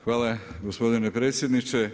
Hvala gospodine predsjedniče.